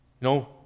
No